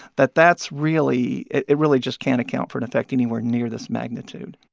that that's really it it really just can't account for an effect anywhere near this magnitude